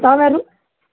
ಹಾಂ ನಮಸ್ತೆ